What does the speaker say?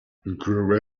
grow